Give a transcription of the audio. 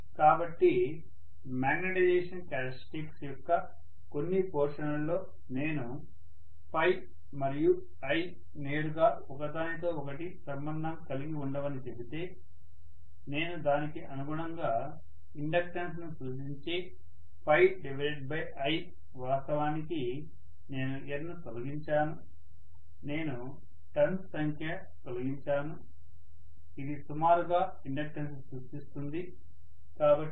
కాబట్టి magnetisation characteristics యొక్క కొన్ని పోర్షన్ లలో నేను మరియు I నేరుగా ఒకదానితో ఒకటి సంబంధం కలిగి ఉండవని చెబితే నేను దానికి అనుగుణంగా ఇండక్టెన్స్ను సూచించే I వాస్తవానికి నేను Nను తొలగించాను నేను టర్న్స్ సంఖ్య తొలగించాను ఇది సుమారుగా ఇండక్టెన్స్ను సూచిస్తుంది